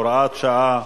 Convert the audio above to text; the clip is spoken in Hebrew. (הוראת שעה),